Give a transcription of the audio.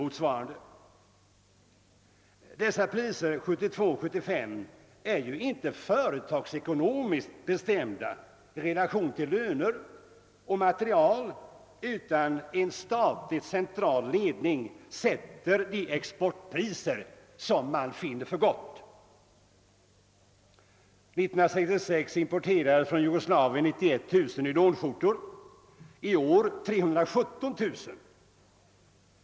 Priserna på 72—75 kronor är inte företagsekonomiskt bestämda i relation till löner och material, utan en statlig central ledning sätter exportpriserna som den finner för gott. År 1966 importerade vi från Jugoslavien 191000 nylonskjortor, i år 317 000.